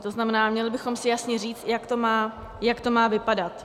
To znamená, měli bychom si jasně říct, jak to má vypadat.